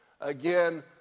Again